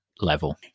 level